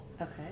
Okay